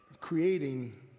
creating